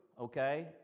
okay